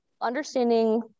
understanding